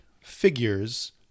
figures